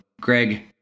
Greg